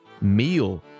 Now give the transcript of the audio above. meal